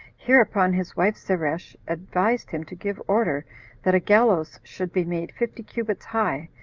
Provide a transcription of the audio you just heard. hereupon his wife zeresh advised him to give order that a gallows should be made fifty cubits high,